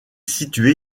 située